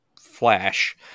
flash